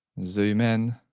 zoom in,